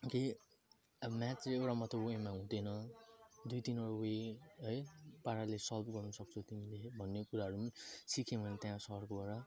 केही अब म्याथ चाहिँ एउटा मात्रै वेमा हुँदैन दुई तिनवटा वे है पाराले सल्भ गर्न सक्छौ तिमीले भन्ने कुराहरू नि सिकेँ मैले त्यहाँ सरकोबाट